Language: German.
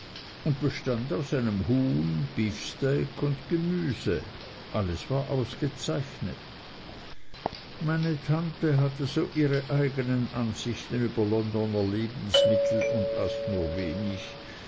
und bestand aus einem huhn beefsteak und gemüse alles war ausgezeichnet meine tante hatte so ihre eignen ansichten über londoner lebensmittel und aß nur wenig